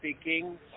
speaking